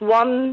one